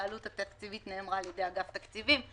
העלות התקציבית נאמרה על-ידי אגף תקציבים,